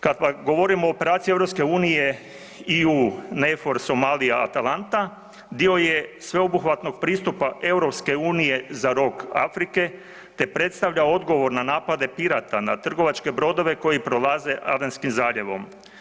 Kada govorimo o operaciji EU NAVFOR SOMALIJA-ATALANTA dio je sveobuhvatnog pristupa EU za Rog Afrike te predstavlja odgovor na napade Pirata na trgovačke brodove koji prolaze Adenskim zaljevom.